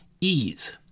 ease